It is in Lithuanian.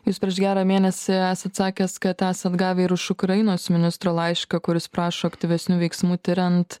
jūs prieš gerą mėnesį esat sakęs kad esat gavę ir iš ukrainos ministro laišką kuris prašo aktyvesnių veiksmų tiriant